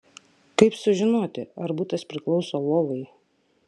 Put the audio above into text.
kaip sužinoti ar butas priklauso vovai